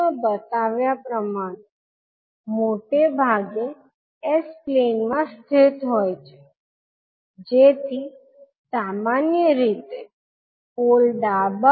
પરંતુ જો તમે આ ચોક્કસ ભાગ ને જુઓ તો આ ભાગ એ 𝐻𝑠 ને ઇન્ફીનિટી તરફ લઇ જાય છે જ્યારે તમે s ની કિંમત ઇન્ફીનિટી સુધી મૂકો